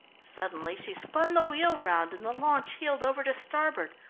suddenly she spun the wheel round and the launch heeled over to starboard.